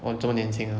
!wah! 这么年轻 ah